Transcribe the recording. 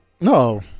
No